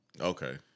Okay